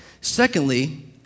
Secondly